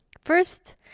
First